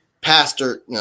pastor